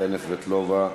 קסניה סבטלובה,